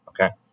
Okay